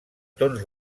tons